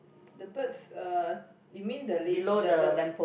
the birds uh you mean the la~ the the